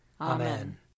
Amen